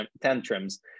tantrums